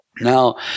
Now